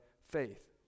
faith